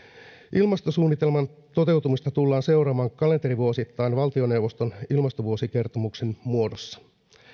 ilmastosuunnitelman toteutumista tullaan seuraamaan kalenterivuosittain valtioneuvoston ilmastovuosikertomuksen muodossa